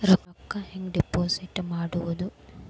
ರೊಕ್ಕ ಹೆಂಗೆ ಡಿಪಾಸಿಟ್ ಮಾಡುವುದು?